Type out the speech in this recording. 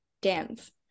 dance